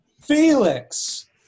Felix